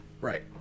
Right